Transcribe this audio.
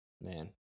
man